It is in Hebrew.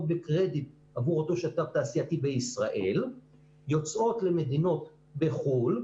בקרדיט עבור אותו שת"פ תעשייתי בישראל יוצאות למדינות בחו"ל,